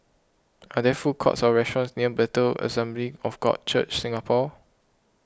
are there food courts or restaurants near Bethel Assembly of God Church Singapore